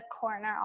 corner